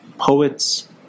poets